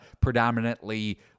predominantly